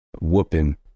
whooping